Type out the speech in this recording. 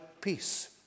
peace